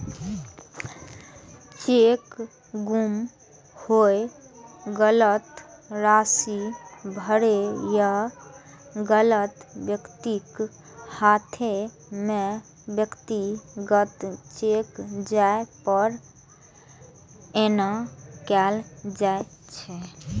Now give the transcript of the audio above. cheque गुम होय, गलत राशि भरै या गलत व्यक्तिक हाथे मे व्यक्तिगत चेक जाय पर एना कैल जाइ छै